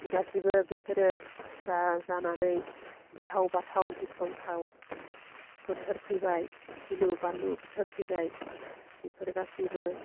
गासिबो बेफोरो जा जानानै गिथाव बाथाव गिख्रंथाव बोथोर फैबाय गिलु बालु बोथोर फैबाय बेफोर गासिबो